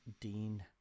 Dean